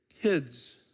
kids